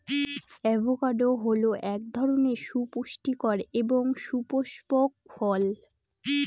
avocado হল এক ধরনের সুপুষ্টিকর এবং সপুস্পক ফল